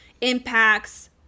impacts